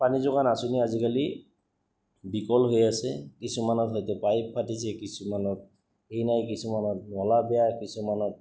পানী যোগান আঁচনি আজিকালি বিকল হৈ আছে কিছুমানত হয়তো পাইপ ফাটিছে কিছুমানত সেই নাই কিছুমানত নলা বেয়া কিছুমানত